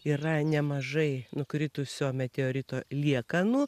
yra nemažai nukritusio meteorito liekanų